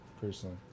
personally